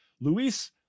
Luis